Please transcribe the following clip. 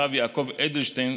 הרב יעקב אדלשטיין,